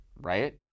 right